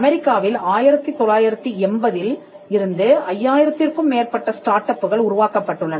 அமெரிக்காவில் 1980ல் இருந்து ஐயாயிரத்திற்கும் மேற்பட்ட ஸ்டார்ட் அப்புகள் உருவாக்கப்பட்டுள்ளன